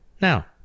Now